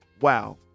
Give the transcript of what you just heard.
wow